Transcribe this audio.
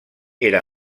era